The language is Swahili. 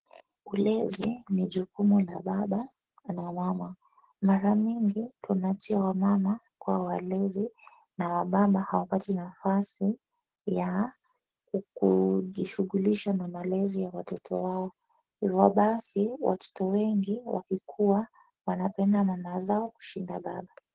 Ulezi ni jukumu la baba na mama. Mara mingi, tunaachia wamama kuwa walezi na wababa hawapati nafasi ya kujishughulisha na malezi ya watoto wao hivyo basi watoto wengi wakikuwa wakipenda mama zao kushinda baba.